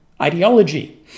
ideology